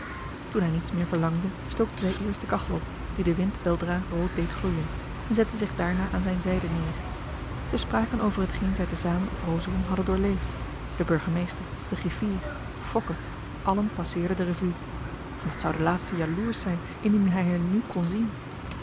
toen hij niets meer verlangde stookte zij eerst de kachel op die de wind weldra rood deed gloeien en zette zich daarna aan zijn zijde neer zij spraken over hetgeen zij te zamen op rosorum hadden doorleefd de burgemeester de griffier fokke allen passeerden de revue wat zou de laatste jaloersch zijn indien hij hen nu kon zien